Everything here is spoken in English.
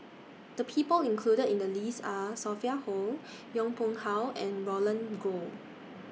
The People included in The list Are Sophia Hull Yong Pung How and Roland Goh